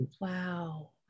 wow